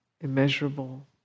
immeasurable